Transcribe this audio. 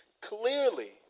clearly